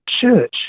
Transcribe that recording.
church